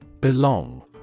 Belong